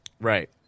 Right